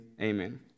Amen